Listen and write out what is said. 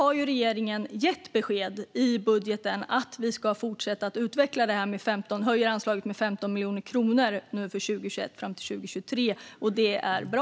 Här har regeringen gett besked i budgeten om att vi ska fortsätta att utveckla detta. Vi höjer anslaget med 15 miljoner kronor för 2021 fram till 2023, och det är bra.